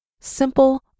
Simple